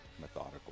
methodical